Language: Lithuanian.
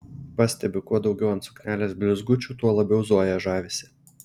pastebiu kuo daugiau ant suknelės blizgučių tuo labiau zoja žavisi